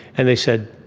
and they said,